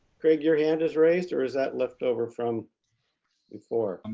craig, your hand is raised, or is that left over from before?